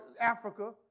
Africa